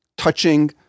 Touching